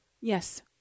yes